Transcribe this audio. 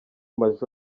maj